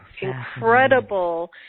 incredible